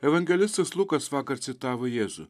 evangelistas lukas vakar citavo jėzų